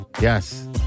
Yes